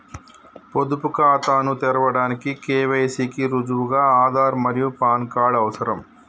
పొదుపు ఖాతాను తెరవడానికి కే.వై.సి కి రుజువుగా ఆధార్ మరియు పాన్ కార్డ్ అవసరం